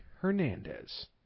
Hernandez